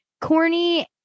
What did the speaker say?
corny